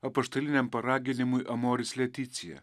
apaštaliniam paraginimui amoris leticija